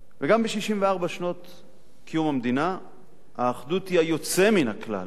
גם ב-64 שנות קיום המדינה האחדות היא היוצא מן הכלל.